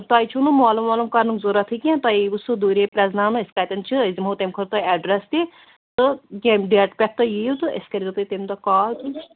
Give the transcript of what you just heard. تۄہہِ چھُو نہٕ معلوٗم وعلوٗم کَرنُک ضروٗرتھٕے کیٚنٛہہ تۄہہِ یِیوٕ سُہ دوٗرے پرٛیزناونہٕ أسۍ کَتٮ۪ن چھِ أسۍ دِمو تَمہِ کھۄتہٕ اٮ۪ڈرس تہِ تہٕ کَمہِ ڈیٹہٕ پٮ۪ٹھ تُہۍ یِیِو تہٕ أسۍ کٔرۍزیو تۄہہِ تَمہِ دۄہ کال